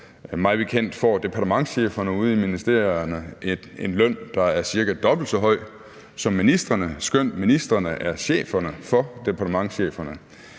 Mig bekendt får departementscheferne ude i ministerierne en løn, der er cirka dobbelt så høj som ministrenes, skønt ministrene er cheferne for departementscheferne.